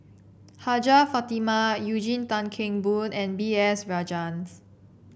Hajjah Fatimah Eugene Tan Kheng Boon and B S Rajhans